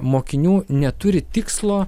mokinių neturi tikslo